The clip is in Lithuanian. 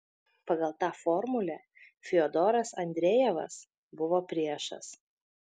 pagal tą formulę fiodoras andrejevas buvo priešas